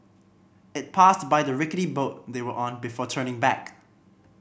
it passed by the rickety boat they were on before turning back